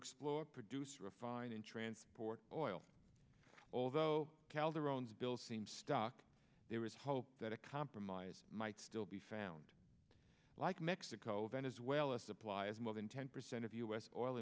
explore produce refine and transport oil although calderon's bill seem stuck there is hope that a compromise might still be found like mexico venezuela supply is more than ten percent of u s oil